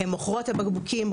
הן מוכרות את הבקבוקים,